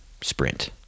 sprint